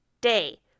day